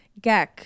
GECK